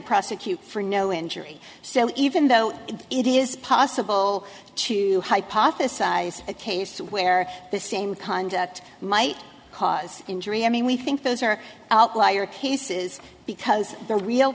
prosecute for no injury so even though it is possible to hypothesize a case where the same conduct might cause injury i mean we think those are outlier cases because the real